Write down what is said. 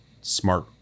smart